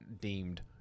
deemed